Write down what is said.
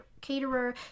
caterer